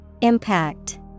Impact